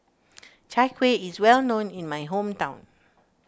Chai Kuih is well known in my hometown